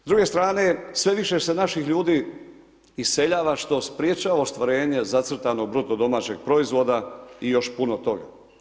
S druge strane sve više se naših ljudi iseljava, što sprječava ostvarenje zacrtanog BDP-a i još puno toga.